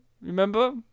Remember